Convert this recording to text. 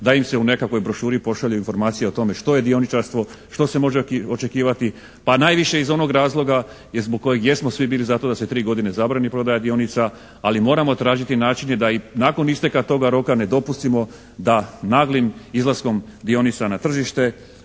da im se u nekakvoj brošuri pošalju informacije o tome što je dioničarstvo? Što se može očekivati? Pa najviše iz onog razloga jesmo, zbog kojeg jesmo svi bili za to da se tri godine zabrani prodaja dionica, ali moramo tražiti načine da i nakon isteka toga roka ne dopustimo da naglim izlaskom dionica na tržište